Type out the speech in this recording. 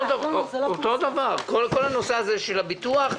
כל נושא הביטוח.